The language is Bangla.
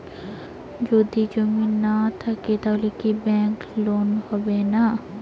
যদি জমি না থাকে তাহলে কি ব্যাংক লোন হবে না?